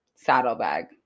Saddlebag